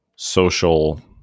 social